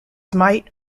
might